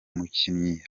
mukinyi